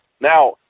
Now